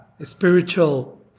spiritual